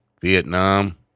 Vietnam